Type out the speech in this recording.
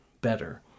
better